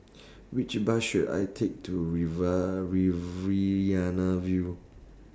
Which Bus should I Take to River View